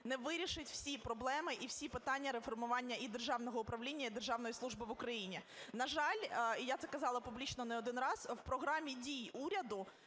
не вирішить усі проблеми і всі питання реформування і державного управління, і державної служби в Україні. На жаль, і я це казала публічно не один раз, в Програмі дій уряду